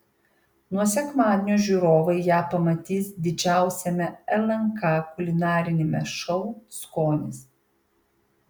nuo sekmadienio žiūrovai ją pamatys didžiausiame lnk kulinariniame šou skonis